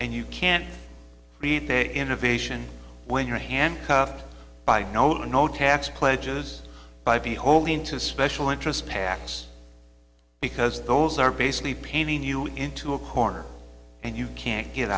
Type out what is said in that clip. and you can't beat the innovation when you're handcuffed by no no tax pledge is by be holding to special interest tax because those are basically painting you into a corner and you can't get